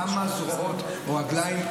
כמה זרועות או רגליים תומכות.